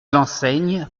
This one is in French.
l’enseigne